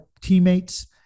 teammates